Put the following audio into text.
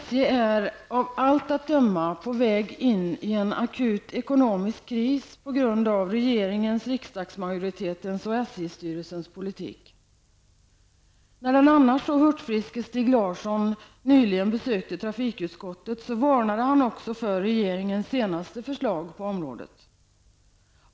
SJ är av allt att döma på väg in i en akut ekonomisk kris på grund av regeringens, riksdagsmajoritetens och SJ-styrelsens politik. När den annars så hurtfriske Stig Larsson nyligen besökte trafikutskottet varnade han för regeringens senaste förslag på området.